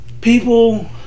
people